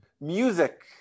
music